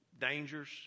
dangers